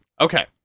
Okay